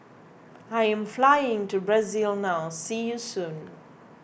I am flying to Brazil now see you soon